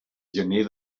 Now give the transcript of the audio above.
gener